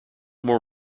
more